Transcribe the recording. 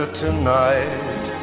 tonight